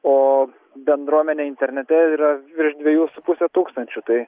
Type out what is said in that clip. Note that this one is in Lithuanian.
o bendruomenė internete yra virš dviejų su puse tūkstančių tai